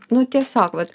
nu tiesiog vat